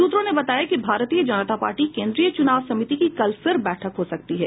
सूत्रों ने बताया कि भारतीय जनता पार्टी केन्द्रीय चुनाव समिति की कल फिर बैठक हो सकती है